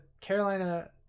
Carolina